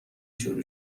شروع